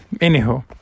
Anyhow